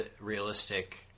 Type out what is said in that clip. realistic